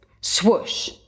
Swoosh